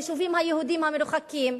ליישובים היהודיים המרוחקים,